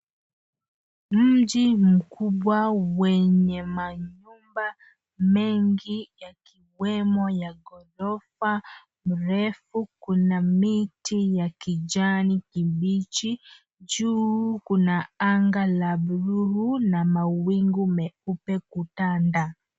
Mji mkubwa wenye majumba mengi yakiwemo ya ghorofa mrefu. Kuna miti ya kijani kibichi. Juu kuna anga la bluu na mawingu meupe kutanda.